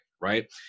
right